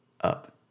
up